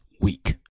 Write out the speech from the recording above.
week